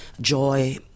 joy